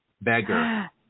beggar